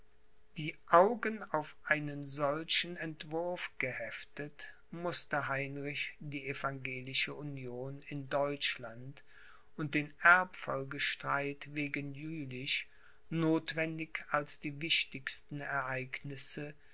die augen auf einen solchen entwurf geheftet mußte heinrich die evangelische union in deutschland und den erbfolgestreit wegen jülich nothwendig als die wichtigsten ereignisse